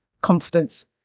Confidence